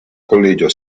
collegio